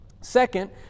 Second